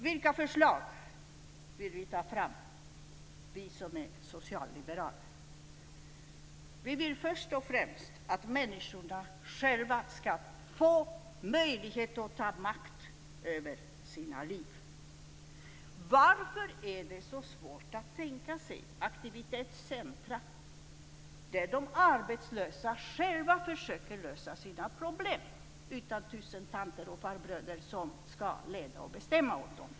Vilka förslag vill vi socialliberaler lägga fram? Vi vill först och främst att människorna själva ska få möjlighet att ta makt över sina liv. Varför är det så svårt att tänka sig aktivitetscentrum där de arbetslösa själva försöker lösa sina problem utan tusen tanter och farbröder som ska leda och bestämma åt dem?